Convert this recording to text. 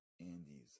Andy's